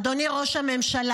אדוני ראש הממשלה,